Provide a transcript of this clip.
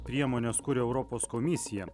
priemones kuria europos komisija